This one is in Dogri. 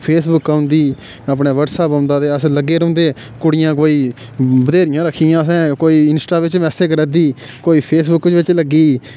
फेसबुक औंदी अपने व्हाट्सएप औंदा ते अस लग्गे रौहंदे कुड़ियां कोई बथ्हेरियां रखी दियां असें कोई इंस्टा बिच मैसेज करा दी कोई फेसबुक बिच लग्गी